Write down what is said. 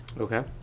Okay